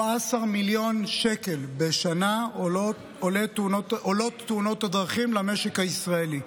17 מיליון שקל בשנה עולות תאונות הדרכים למשק הישראלי.